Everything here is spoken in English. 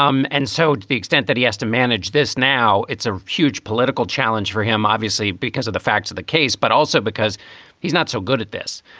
um and so to the extent that he has to manage this now, it's a huge political challenge for him, obviously, because of the facts of the case, but also because he's not so good at this.